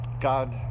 God